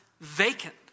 vacant